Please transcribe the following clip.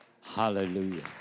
Hallelujah